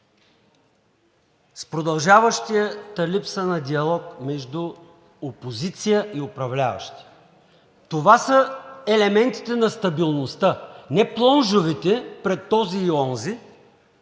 с продължаващата липса на диалог между опозиция и управляващи? Това са елементите на стабилността. Не плонжовете пред този или онзи,